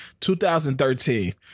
2013